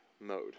mode